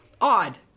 odd